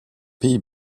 pays